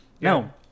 No